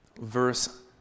verse